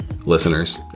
listeners